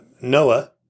Noah